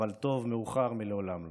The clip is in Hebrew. אבל טוב מאוחר מלעולם לא,